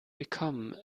become